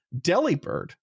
Delibird